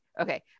Okay